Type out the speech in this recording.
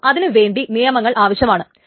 അപ്പോൾ അതിനു വേണ്ടി നിയമങ്ങൾ ആവശ്യമാണ്